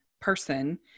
person